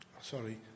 sorry